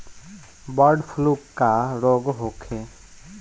Bird flu का रोग होखे?